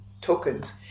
tokens